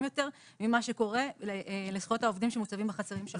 יותר ממה שקורה לזכויות העובדים שמוצבים בחצרים שלו.